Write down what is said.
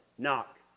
Knock